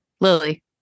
Lily